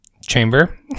chamber